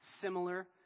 similar